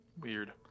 weird